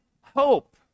hope